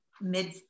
mid